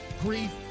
grief